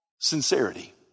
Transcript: sincerity